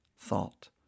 thought